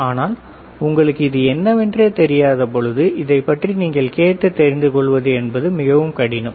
ஆனால் உங்களுக்கு இது என்னவென்றே தெரியாத பொழுது இதைப் பற்றி நீங்கள் கேட்டுத் தெரிந்து கொள்வது என்பது மிகவும் கடினம்